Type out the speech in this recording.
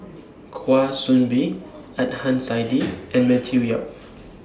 Kwa Soon Bee Adnan Saidi and Matthew Yap